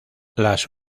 las